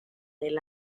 del